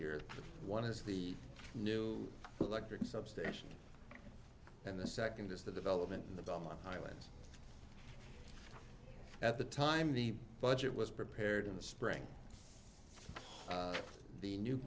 year one is the new electric substation and the second is the development in the belmont highlands at the time the budget was prepared in the spring the new